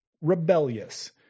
rebellious